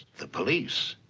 the police?